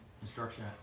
instruction